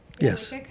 Yes